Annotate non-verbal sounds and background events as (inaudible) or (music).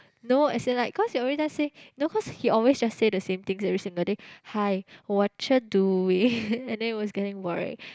no as in like cause he every time say no cause he always just say the same things every single day hi watcha doing (noise) and then it was getting boring